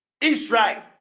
Israel